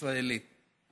ישראלית.